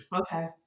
Okay